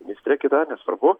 ministrė kita nesvarbu